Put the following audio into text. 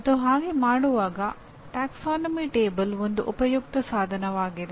ಮತ್ತು ಹಾಗೆ ಮಾಡುವಾಗ ಪ್ರವರ್ಗ ಕೋಷ್ಟಕ ಒಂದು ಉಪಯುಕ್ತ ಸಾಧನವಾಗಿದೆ